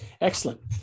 excellent